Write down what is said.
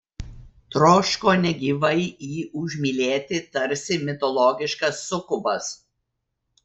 troško negyvai jį užmylėti tarsi mitologiškas sukubas